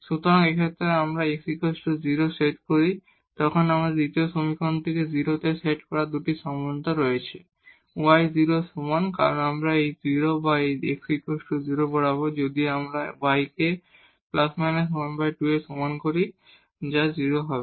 সুতরাং এই ক্ষেত্রে যখন আমরা x 0 সেট করি তখন আমাদের দ্বিতীয় সমীকরণ থেকে 0 এ সেট করার দুটি সম্ভাবনা রয়েছে হয় y 0 এর সমান আমরা এই 0 বা এই x 0 বরাবর করব যদি আমরা y কে ± 12 এর সমান করি যা 0 হবে